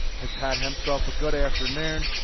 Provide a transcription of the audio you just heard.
has had himself a good afternoon.